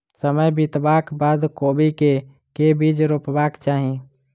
समय बितबाक बाद कोबी केँ के बीज रोपबाक चाहि?